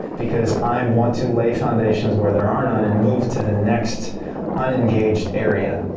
because i want to lay foundations where there are none, and move to the next unengaged area.